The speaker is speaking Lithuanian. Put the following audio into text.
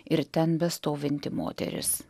ir ten bestovinti moteris